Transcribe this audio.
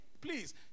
Please